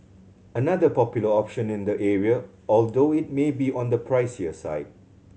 another popular option in the area although it may be on the pricier side